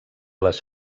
les